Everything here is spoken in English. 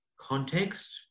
context